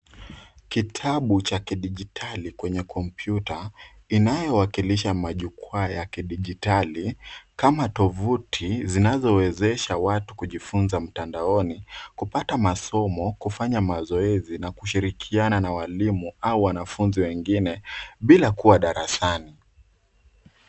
Kitabu cha kidijitali kwenye kompyuta inayowakilisha majukwaa ya kidijitali kama tuvuti zinazo wezesha watu kujifunza mtandaoni, kupata masomo, kufanya mazoezi na kushirikiana na walimu au wanafunzi wengine bila kuwa darasani.